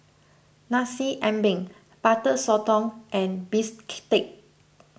Nasi Ambeng Butter Sotong and Bistake